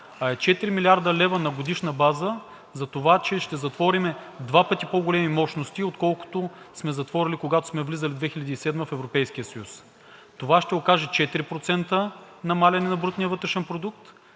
а е 4 млрд. лв. на годишна база, затова, че ще затворим два пъти по-големи мощности, отколкото сме затворили, когато сме влизали 2007-а в Европейския съюз. Това ще се окаже 4% намаляване на брутния вътрешен продукт.